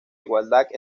igualdad